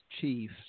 chief